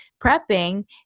prepping